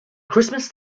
christmas